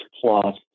plus